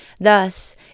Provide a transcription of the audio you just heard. Thus